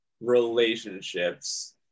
relationships